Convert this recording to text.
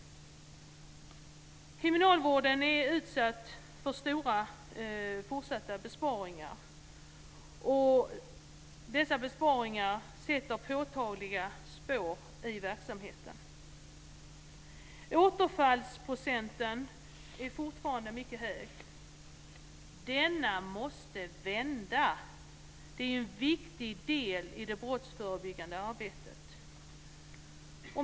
Kriminalvården är utsatt för stora fortsatta besparingar. Dessa besparingar sätter påtagliga spår i verksamheten. Återfallsprocenten är fortfarande mycket hög. Denna måste vända. Det är en viktig del i det brottsförebyggande arbetet.